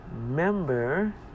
member